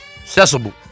Accessible